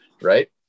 right